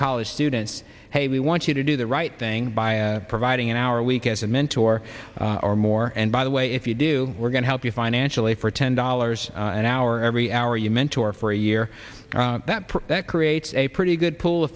college students hey we want you to do the right thing by providing an hour a week as a mentor or more and by the way if you do we're going to help you financially for ten dollars an hour every hour you mentor for a year that that creates a pretty good pool of